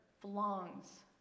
belongs